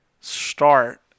start